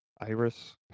iris